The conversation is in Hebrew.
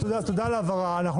תודה על ההבהרה.